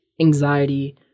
anxiety